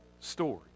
story